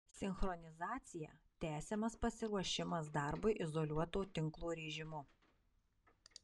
sinchronizacija tęsiamas pasiruošimas darbui izoliuoto tinklo režimu